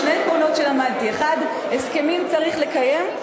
שני עקרונות שלמדתי: 1. הסכמים צריך לקיים,